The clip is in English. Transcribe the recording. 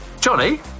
Johnny